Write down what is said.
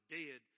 dead